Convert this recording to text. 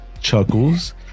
Chuckles